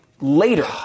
later